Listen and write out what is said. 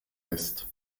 west